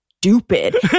stupid